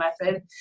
method